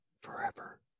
forever